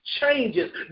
changes